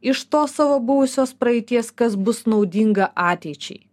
iš tos savo buvusios praeities kas bus naudinga ateičiai